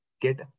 get